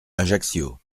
ajaccio